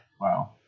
Wow